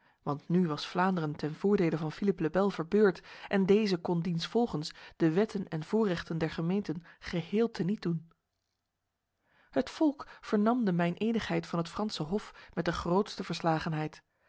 want nu was vlaanderen ten voordele van philippe le bel verbeurd en deze kon diensvolgens de wetten en voorrechten der gemeenten geheel tenietdoen het volk vernam de meinedigheid van het franse hof met de grootste verslagenheid